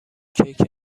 کیک